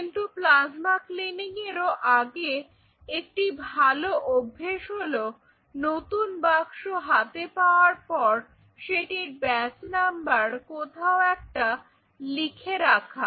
কিন্তু plasma cleaning এরও আগে একটি ভালো অভ্যাস হলো নতুন বাক্স হাতে পাওয়ার পর সেটির ব্যাচ্ নাম্বার কোথাও একটা লিখে রাখা